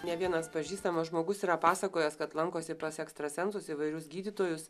ne vienas pažįstamas žmogus yra pasakojęs kad lankosi pas ekstrasensus įvairius gydytojus